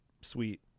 sweet